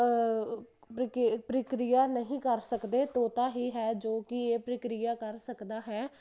ਪ੍ਰਕਿ ਪ੍ਰਕਿਰਿਆ ਨਹੀਂ ਕਰ ਸਕਦੇ ਤੋਤਾ ਹੀ ਹੈ ਜੋ ਕਿ ਇਹ ਪ੍ਰਕਿਰਿਆ ਕਰ ਸਕਦਾ ਹੈ